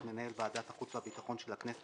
מנהל ועדת החוץ והביטחון של הכנסת,